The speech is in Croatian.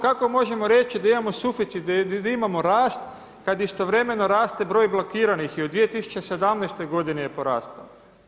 Kako možemo reći, da imamo suficit, da imamo rast, kad istovremeno raste broj blokiranih i u 2017. g. je porastao.